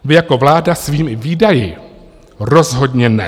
Vy jako vláda svými výdaji rozhodně ne.